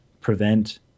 prevent